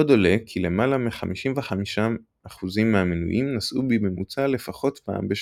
עוד עולה כי למעלה מ-55% מהמנויים נסעו בממוצע לפחות פעם בשבוע.